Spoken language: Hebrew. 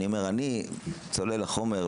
אבל אני אומר שאני צולל לחומר,